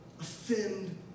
offend